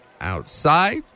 outside